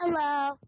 Hello